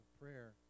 prayer